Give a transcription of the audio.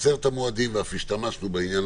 לקצר את המועדים ואף השתמשנו בעניין